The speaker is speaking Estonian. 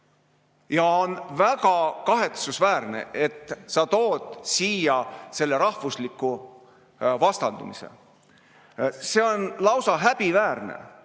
väga kahetsusväärne, et sa tood siia selle rahvusliku vastandumise. See on lausa häbiväärne.